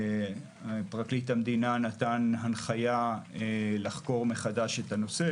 פרקליט המדינה נתן הנחיה לחקור מחדש את הנושא,